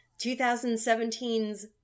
2017's